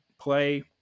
play